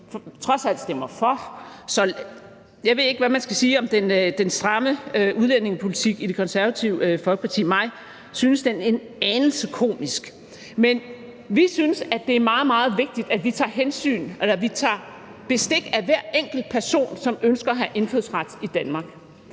trods alt stemmer for. Så jeg ved ikke, hvad man skal sige om den stramme udlændingepolitik i Det Konservative Folkeparti. Mig synes den en anelse komisk. Men vi synes, at det er meget, meget vigtigt, at vi tager bestik af hver enkelt person, som ønsker at have indfødsret i Danmark.